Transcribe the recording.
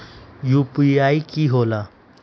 UPI कि होला?